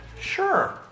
Sure